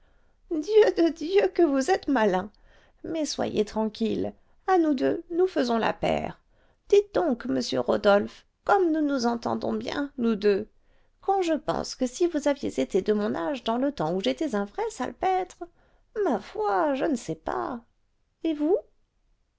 dieu de dieu que vous êtes malin mais soyez tranquille à nous deux nous faisons la paire dites donc monsieur rodolphe comme nous nous entendons bien nous deux quand je pense que si vous aviez été de mon âge dans le temps où j'étais un vrai salpêtre ma foi je ne sais pas et vous